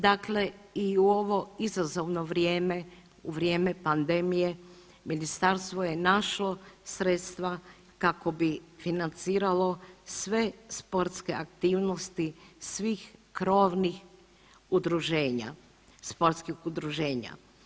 Dakle, i u ovo izazovno vrijeme, u vrijeme pandemije ministarstvo je našlo sredstva kako bi financiralo sve sportske aktivnosti svih krovnih udruženja, sportskih udruženja.